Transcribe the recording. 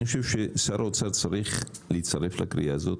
אני חושב ששר האוצר צריך להצטרף לקריאה הזאת,